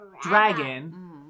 dragon